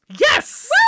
Yes